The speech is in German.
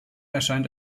erscheint